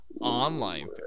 Online